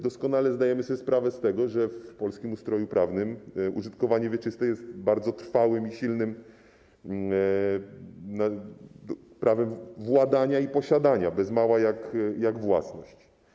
Doskonale zdajemy sobie sprawę z tego, że w polskim ustroju prawnym użytkowanie wieczyste jest bardzo trwałym i silnym prawem władania i posiadania, jest bez mała jak własność.